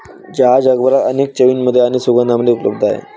चहा जगभरात अनेक चवींमध्ये आणि सुगंधांमध्ये उपलब्ध आहे